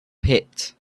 pit